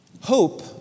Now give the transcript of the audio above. Hope